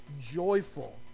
joyful